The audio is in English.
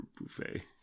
buffet